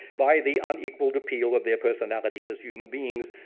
by the unequaled appeal of their personalities as human beings.